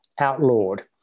outlawed